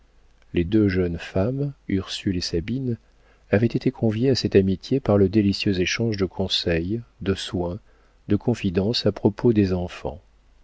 les deux jeunes femmes ursule et sabine avaient été conviées à cette amitié par le délicieux échange de conseils de soins de confidences à propos des enfants